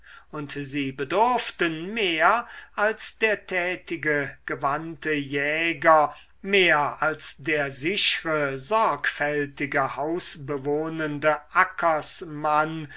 und sie bedurften mehr als der tätige gewandte jäger mehr als der sichre sorgfältige hausbewohnende ackersmann